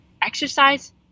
exercise